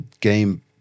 game